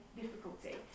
difficulty